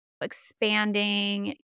expanding